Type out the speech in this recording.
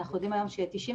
אנחנו יודעים היום ש-98%,